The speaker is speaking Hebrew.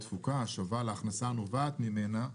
התפוקה השווה להכנסה הנובעת ממנה,